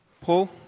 Paul